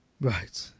Right